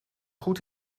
goed